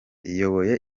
iyoboye